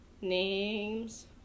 Names